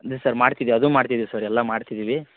ಅಂದರೆ ಸರ್ ಮಾಡ್ತಿದಿ ಅದು ಮಾಡ್ತಿದಿವಿ ಸರ್ ಎಲ್ಲ ಮಾಡ್ತಿದ್ದೀವಿ